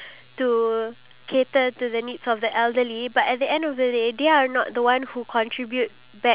also take note of the people who are actually going to benefit you who are actually going to come rent your shops